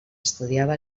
estudiava